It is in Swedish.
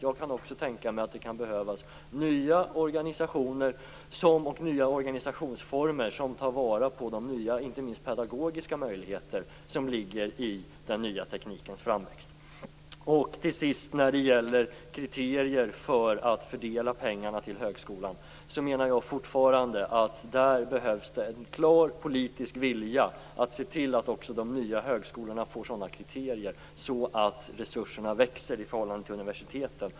Jag kan också tänka mig att det kan behövas nya organisationer och organisationsformer som tar vara på de nya möjligheter, inte minst pedagogiska, som ligger i den nya teknikens framväxt. När det gäller kriterier för att fördela pengarna till högskolan, menar jag fortfarande att det behövs en klar politisk vilja att se till att också de nya högskolorna får sådana kriterier så att resurserna växer i förhållande till universiteten.